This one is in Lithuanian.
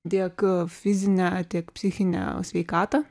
tiek fizinę tiek psichinę sveikatą